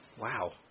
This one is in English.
Wow